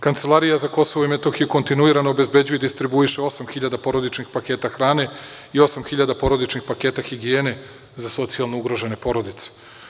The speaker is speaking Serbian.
Kancelarija za Kosovo i Metohiju kontinuirano obezbeđuje i distribuira 8.000 porodičnih paketa hrane i 8.000 porodičnih paketa higijene za socijalno ugrožene porodice.